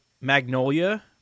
Magnolia